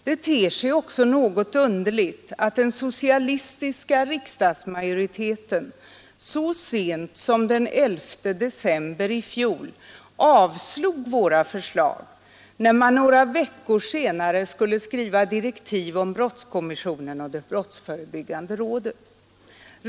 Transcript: Det ter sig också något underligt att den socialistiska riksdagsmajoriteten så sent som den 11 december i fjol avslog vårt förslag, när man några veckor senare skulle skriva direktiv till brottskommissionen och det brottsförebyggande rådet.